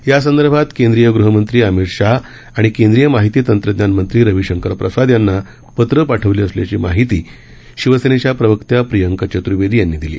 यासंदर्भात केंद्रीय गृह मंत्री अमित शाह आणि केंद्रीय माहिती तंत्रज्ञान मंत्री रवी शंकर प्रसाद यांना पत्रं पाठवली असल्याची माहिती शिवसेनेच्या प्रवक्त्या प्रियांका चत्वेदी यांनी दिली